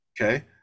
okay